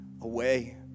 away